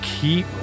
keep